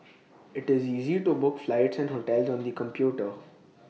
IT is easy to book flights and hotels on the computer